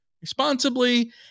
responsibly